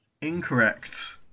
incorrect